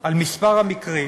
על מספר המקרים